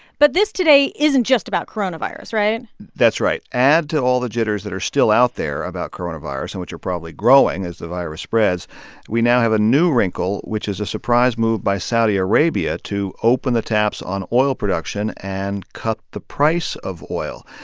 but this today isn't just about coronavirus, right? that's right. add to all the jitters that are still out there about coronavirus and which are probably growing as the virus spreads we now have a new wrinkle, which is a surprise move by saudi arabia to open the taps on oil production and cut the price of oil.